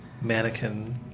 mannequin